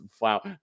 Wow